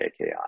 AKI